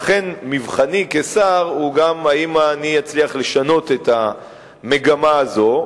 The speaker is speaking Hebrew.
ואכן מבחני כשר הוא גם אם אני אצליח לשנות את המגמה הזאת.